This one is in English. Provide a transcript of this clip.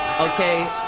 Okay